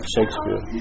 Shakespeare